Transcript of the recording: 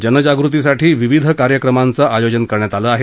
जनजागृती साठी विविध कार्यक्रमांचं आयोजन करण्यात आले आहे